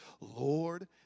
Lord